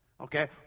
okay